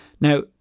Now